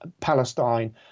Palestine